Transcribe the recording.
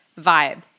vibe